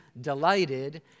delighted